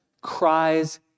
cries